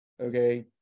okay